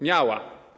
Miała.